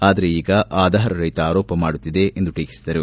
ಆದರೆ ಈಗ ಆಧಾರರಹಿತ ಆರೋಪ ಮಾಡುತ್ತಿದೆ ಎಂದು ಟೀಕಿಸಿದರು